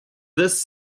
this